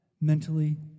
mentally